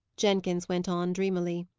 jenkins went on dreamily,